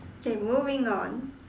okay moving on